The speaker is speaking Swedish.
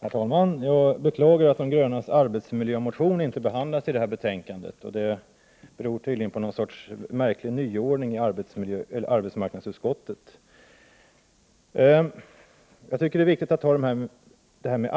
Herr talman! Jag beklagar att de grönas arbetsmiljömotion inte behandlas i det här betänkandet. Det beror tydligen på någon sorts märklig nyordning i arbetsmarknadsutskottet. Jag tycker att det är viktigt att ta